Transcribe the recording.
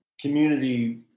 community